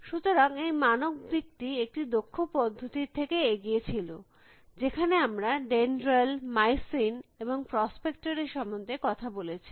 সুতরাং এই মানক দিকটি একটি দক্ষ পদ্ধতি র থেকে এগিয়ে ছিল যেখানে আমরা ডেনড্রাল মাইসিন এবং প্রসপেকটর এর সম্বন্ধে কথা বলেছি